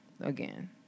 again